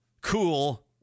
Cool